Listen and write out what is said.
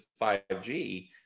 5G